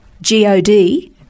G-O-D